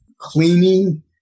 cleaning